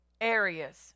areas